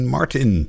Martin